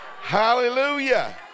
Hallelujah